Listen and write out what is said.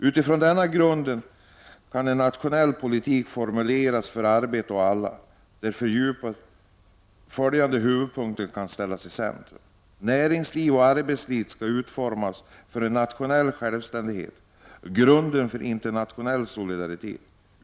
Utifrån denna grund kan en nationell politik formuleras för arbete åt alla, där följande huvudpunkter ställs i centrum: — Näringsliv och arbetsliv skall utformas från en nationell självständighet grundad på internationell solidaritet.